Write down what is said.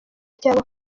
cyangwa